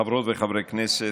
חברות וחברי הכנסת,